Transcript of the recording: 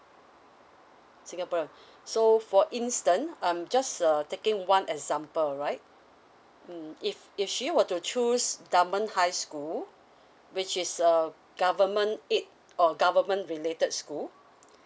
singapore so for instance um just uh taking one example right mm if if she want to choose government high school which is um government aided or government related school